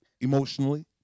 emotionally